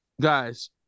Guys